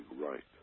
right